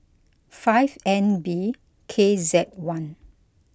five N B K Z one